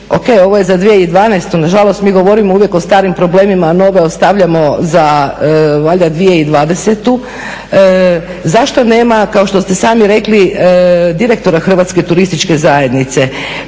ok, ovo je za 2012., nažalost mi govorimo uvijek o starim problemima, nove ostavljamo za valjda 2020., zašto nema kao što ste sami rekli direktora Hrvatske turističke zajednice.